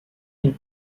elle